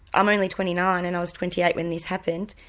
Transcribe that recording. i'm only twenty nine and i was twenty eight when this happened,